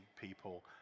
people